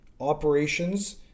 operations